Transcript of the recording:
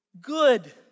good